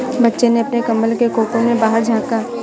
बच्चे ने अपने कंबल के कोकून से बाहर झाँका